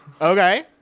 Okay